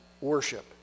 worship